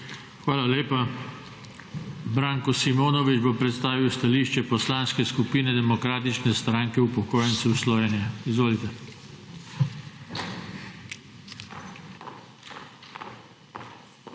Hvala lepa. Branko Simonovič bo predstavil stališče Poslanske skupine Demokratične stranke upokojencev Slovenije. Izvolite.